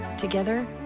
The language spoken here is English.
Together